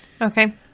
Okay